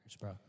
bro